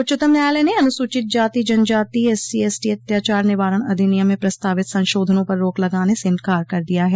उच्चतम न्यायालय ने अनुस्चित जाति जनजाति एससी एसटी अत्याचार निवारण अधिनियम में प्रस्तावित संशोधनों पर रोक लगाने से इंकार कर दिया है